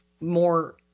more